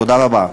תודה רבה.